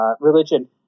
religion